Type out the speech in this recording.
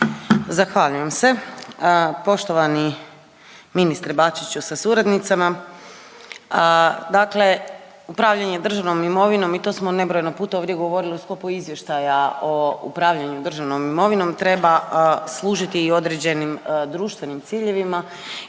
Zahvaljujem se. Poštovani ministre Bačiću sa suradnicama. Dakle, upravljanje državnom imovinom i to smo nebrojeno puta ovdje govorili u sklopu izvještaja o upravljanju državnom imovinom treba služiti i određenim društvenim ciljevima